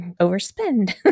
overspend